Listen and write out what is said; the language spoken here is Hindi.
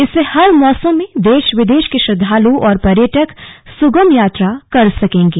इससे हर मौसम में देश विदेश के श्रद्वालु और पर्यटक सुगम यात्रा कर सकेंगे